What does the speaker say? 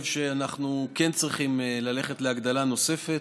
שאנחנו כן צריכים ללכת להגדלה נוספת.